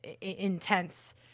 intense